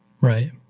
Right